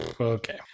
okay